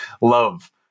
love